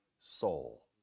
soul